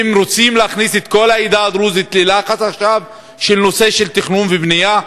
האם רוצים להכניס את כל העדה הדרוזית ללחץ עכשיו בנושא של תכנון ובנייה?